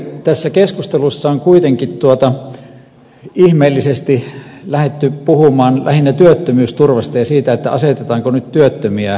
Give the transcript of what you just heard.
tässä keskustelussa on kuitenkin ihmeellisesti lähdetty puhumaan lähinnä työttömyysturvasta ja siitä asetetaanko nyt työttömiä eriarvoiseen asemaan